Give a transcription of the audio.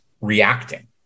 reacting